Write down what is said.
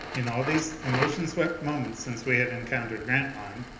in all these emotion-swept moments since we had encountered grantline,